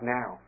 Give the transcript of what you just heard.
now